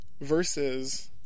versus